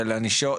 של ענישות,